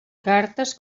cartes